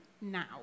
now